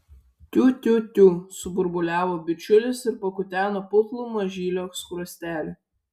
tiu tiu tiu suburbuliavo bičiulis ir pakuteno putlų mažylio skruostelį